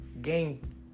Game